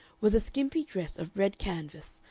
was a skimpy dress of red canvas,